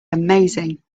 amazing